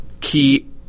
key